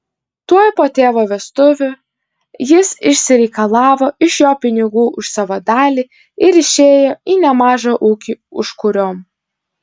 tuoj po tėvo vestuvių jis išsireikalavo iš jo pinigų už savo dalį ir išėjo į nemažą ūkį užkuriom